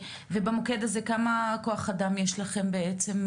ובמוקד הזה, כמה כוח אדם יש לכם בעצם?